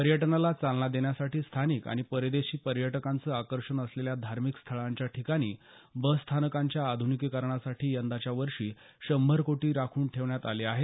पर्यटनाला चालना देण्यासाठी स्थानिक आणि परदेशी पर्यटकांचं आकर्षण असलेल्या धार्मिक स्थळांच्या ठिकाणी बसस्थानकांच्या आधुनिकीकरणासाठी यंदाच्या वर्षी शंभर कोटी रुपये राखून ठेवण्यात आले आहेत